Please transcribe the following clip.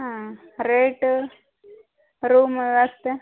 ಹಾಂ rate room ವ್ಯವಸ್ಥೆ